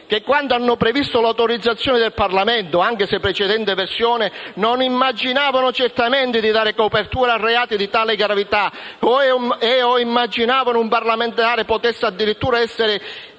che, quando hanno previsto l'autorizzazione del Parlamento, anche se nella precedente versione, non immaginavano certamente di dare copertura a reati di tale gravità o che un parlamentare potesse addirittura essere